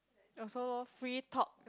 oh so free talk